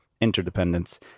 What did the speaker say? interdependence